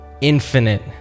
infinite